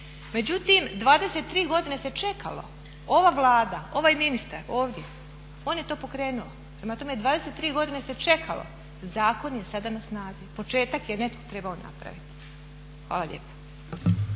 Međutim 23 godine se čekalo. Ova Vlada ovaj ministar ovdje on je to pokrenuo, prema tome 23 godine se čekalo. Zakon je sada na snazi. Početak je trebao netko napraviti. Hvala lijepa.